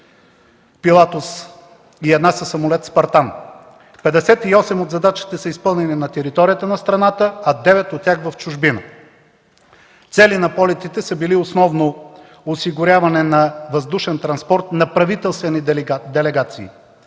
„Пилатус” и една със самолет „Спартан”. Петдесет и осем от задачите са изпълнени на територията на страната, а девет от тях – в чужбина. Цели на полетите са били основно осигуряване на въздушен транспорт на правителствени делегации.